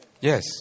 Yes